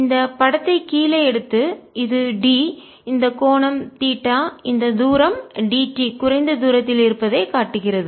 இந்த படத்தை கீழே எடுத்து இது d இந்த கோணம் தீட்டா இந்த தூரம் d t குறைந்த தூரத்தில் இருப்பதை காட்டுகிறது